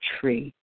tree